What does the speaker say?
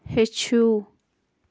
ہیٚچھِو